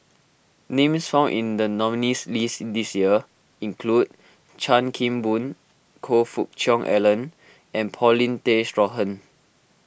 names found in the nominees' list this year include Chan Kim Boon Choe Fook Cheong Alan and Paulin Tay Straughan